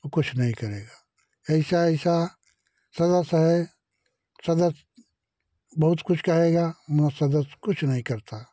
वो कुछ नहीं करेगा ऐसा ऐसा सदस्य हैं सदस्य बहुत कुछ कहेगा मगर सदस्य कुछ नहीं करता